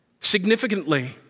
Significantly